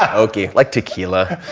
um oaky, like tequila.